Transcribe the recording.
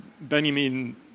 Benjamin